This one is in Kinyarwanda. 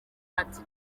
ati